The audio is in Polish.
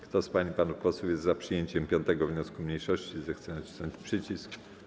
Kto z pań i panów posłów jest za przyjęciem 5. wniosku mniejszości, zechce nacisnąć przycisk.